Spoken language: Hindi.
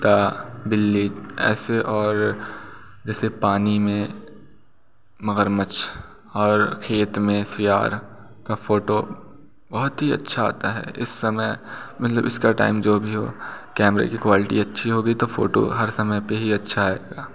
कुत्ता बिल्ली ऐसे और जैसे पानी में मगरमच्छ और खेत मे सियार का फ़ोटो बहुत ही अच्छा आती है इस समय मतलब इसका टाइम जो भी हो कैमरे की क्वालिटी अच्छी होगी तो फ़ोटो हर समय पर ही अच्छा आएगा